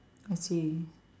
I see